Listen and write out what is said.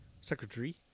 secretary